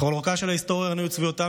לכל אורכה של ההיסטוריה ראינו את צביעותן